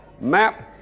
map